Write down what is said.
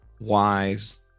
wise